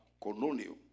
Colonial